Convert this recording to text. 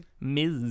Miss